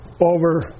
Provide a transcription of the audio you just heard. over